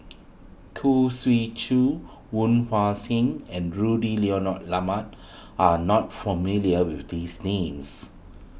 Khoo Swee Chiow Woon Wah Siang and Rudy Lyonet Lama are not familiar with these names